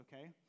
Okay